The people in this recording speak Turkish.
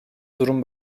durum